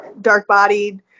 dark-bodied